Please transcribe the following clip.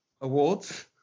awards